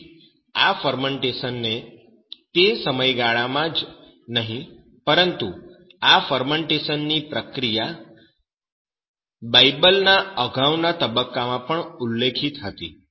તેથી આ ફરમેન્ટેશન તે સમયગાળામાં જ નહીં પરંતુ આ ફરમેન્ટેશનની પ્રક્રિયા બાઈબલ ના અગાઉના તબક્કામાં પણ ઉલ્લેખિત હતી